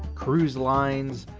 cruise lines,